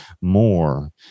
more